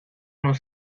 nos